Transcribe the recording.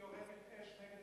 היא יורקת אש נגד